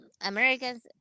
Americans